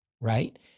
right